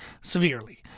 severely